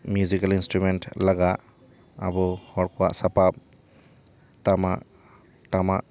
musical instrument ᱞᱟᱜᱟᱜ ᱟᱵᱚ ᱦᱚᱲ ᱠᱚᱣᱟᱜ ᱥᱟᱯᱟᱵᱽ ᱴᱟᱢᱟᱜ ᱴᱟᱢᱟᱜ